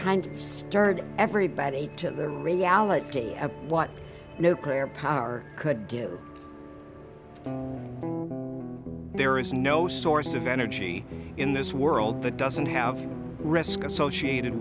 kind of stirred everybody to the reality of what nuclear power could give there is no source of energy in this world that doesn't have risk associated